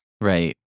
right